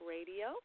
Radio